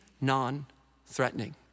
non-threatening